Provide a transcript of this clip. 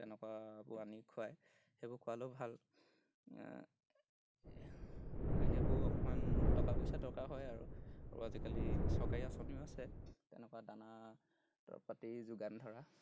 তেনেকুৱাবোৰ আনি খুৱায় সেইবোৰ খোৱালেও ভাল সেইবোৰ অকণমান টকা পইচা দৰকাৰ হয় আৰু আৰু আজিকালি চৰকাৰী আঁচনিও আছে তেনেকুৱা দানা দৰৱ পাতি যোগান ধৰা